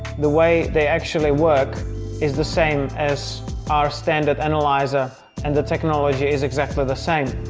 the way they actually work is the same as our standard analyzer and the technology is exactly the same